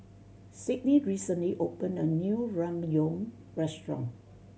Sidney recently opened a new Ramyeon Restaurant